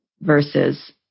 versus